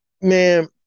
man